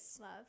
Love